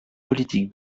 politique